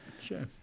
sure